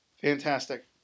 Fantastic